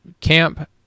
camp